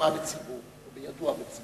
בידועה בציבור או בידוע בציבור.